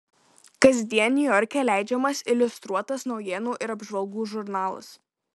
kasdien niujorke leidžiamas iliustruotas naujienų ir apžvalgų žurnalas